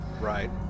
Right